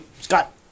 Scott